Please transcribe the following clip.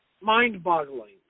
mind-boggling